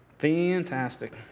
Fantastic